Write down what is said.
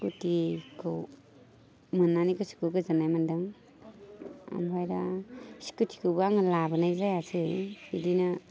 स्कुटिखौ मोननानै गोसोखौ गोजोननाय मोन्दों ओमफ्राय दा स्कुटिखौबो आङो लाबोनाय जायासै बिदिनो